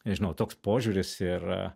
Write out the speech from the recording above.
nežinau toks požiūris ir